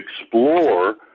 explore